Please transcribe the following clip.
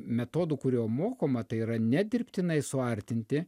metodu kuriuo mokoma tai yra nedirbtinai suartinti